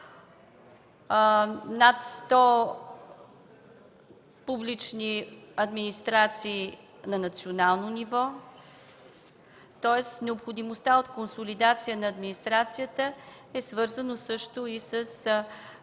над 100 публични администрации на национално ниво. Тоест необходимостта от консолидация на администрацията е свързана също и с